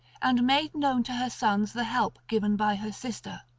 and made known to her sons the help given by her sister.